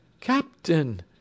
Captain